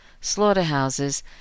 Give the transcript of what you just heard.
slaughterhouses